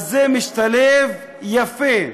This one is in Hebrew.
אז זה משתלב יפה.